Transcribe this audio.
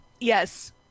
Yes